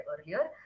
earlier